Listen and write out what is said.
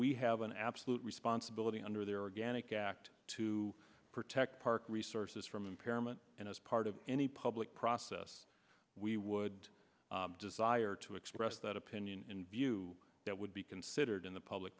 we have an absolute responsibility under their organic act to protect park resources from impairment and as part of any public process we would desire to express that opinion in view that would be considered in the public